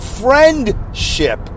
friendship